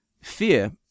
Fear